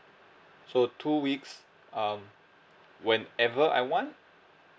so two weeks um whenever I want